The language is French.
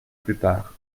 plupart